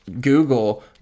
Google